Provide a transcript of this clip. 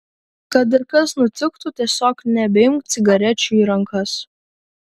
kad ir kas nutiktų tiesiog nebeimk cigarečių į rankas